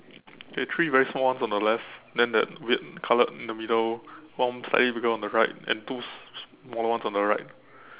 there is three one very small ones on the left then the weird coloured in the middle one slightly bigger one on the right and two smaller ones on the right